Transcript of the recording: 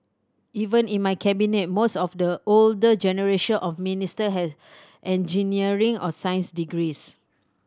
even in my Cabinet most of the older generation of minister had engineering or science degrees